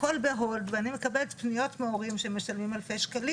הכל ב-hold ואני מקבלת פניות מהורים שמשלמים אלפי שקלים.